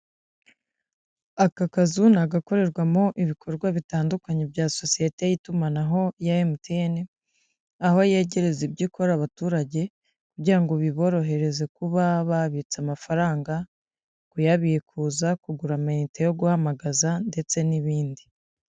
Aka kazu ni agakorerwamo ibikorwa bitandukanye bya sosiyete y'itumanaho ya emutiye, aho yegereza ibyo ikorera abaturage kugira ngo biborohereze kuba babitse amafaranga, kuyabikuza, kugura amayinite yo guhamagaza ndetse n'ibindi.